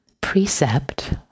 precept